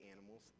animals